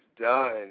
done